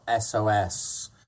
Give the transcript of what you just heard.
SOS